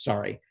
sorry,